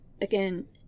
again